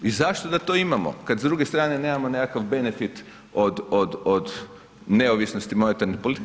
I zašto da to imamo kada s druge strane nemamo nekakav benefit od neovisnosti monetarne politike.